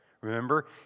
Remember